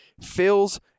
fills